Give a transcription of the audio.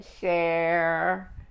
share